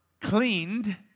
cleaned